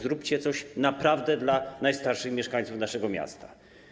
Zróbcie coś naprawdę dla najstarszych mieszkańców naszego państwa.